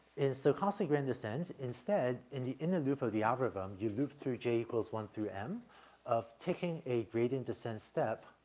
in stochastic gradient and descent, instead, in the inner loop of the algorithm, you loop through j equals one through m of taking a gradient descent step